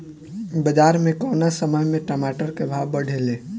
बाजार मे कौना समय मे टमाटर के भाव बढ़ेले?